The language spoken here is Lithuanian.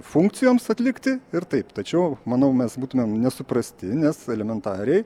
funkcijoms atlikti ir taip tačiau manau mes būtumėm nesuprasti nes elementariai